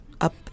up